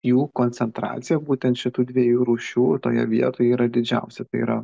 jų koncentracija būtent šitų dviejų rūšių toje vietoje yra didžiausia tai yra